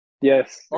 Yes